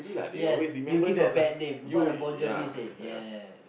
yes you give a bad name what the Bon-Jovi said yes